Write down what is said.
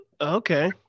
okay